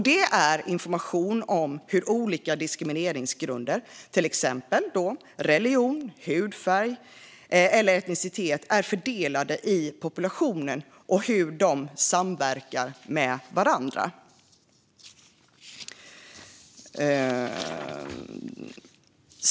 Det är information om hur olika diskrimineringsgrunder, till exempel religion, hudfärg eller etnicitet, är fördelade i populationen och hur de samverkar med varandra.